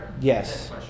Yes